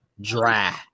dry